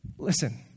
Listen